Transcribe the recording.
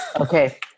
Okay